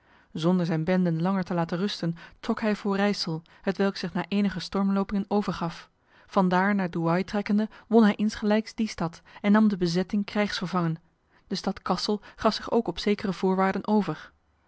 zonder zijn benden langer te laten rusten trok hij voor rijsel hetwelk zich na enige stormlopingen overgaf van daar naar douai trekkende won hij insgelijks die stad en nam de bezetting krijgsgevangen de stad kassel gaf zich ook op zekere voorwaarden over